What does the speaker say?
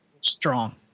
strong